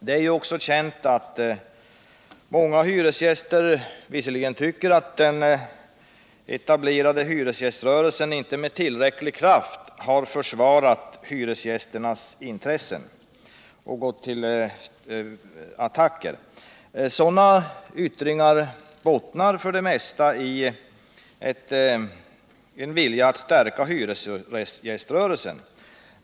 Det är också känt att många hyresgäster tycker att den etablerade hyresgäströrelsen inte med tillräcklig kraft har försvarat hyresgästernas intressen och gått till attacker. Sådana yttringar bottnar för det mesta i en vilja all stärka hyresgäströrelsen.